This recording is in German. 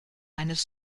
eines